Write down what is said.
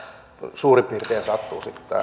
suurin piirtein sitten